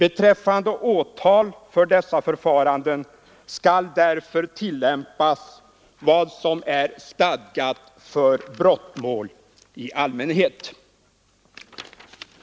Beträffande åtal för dessa förfaranden skall därför tillämpas vad som är stadgat för brottmål i allmänhet.